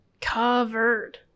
Covered